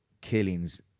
killings